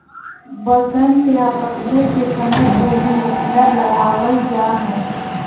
वसंत या पतझड़ के समय ओलियंडर लगावल जा हय